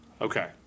Okay